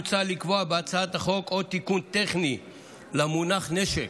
מוצע לקבוע בהצעת החוק עוד תיקון טכני למונח "נשק",